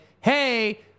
hey